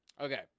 Okay